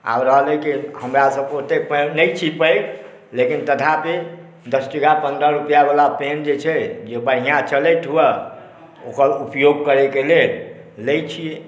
आब रहलै के हमरा सबके ओत्ते पै नहि छी पैघ लेकिन तथापि दस टका पन्द्रह रुपैआ बला पेन जे छै जे बढ़िऑं चलैत हुए ओकर उपयोग करैके लेल लै छी